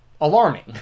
alarming